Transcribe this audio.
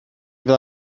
fel